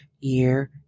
year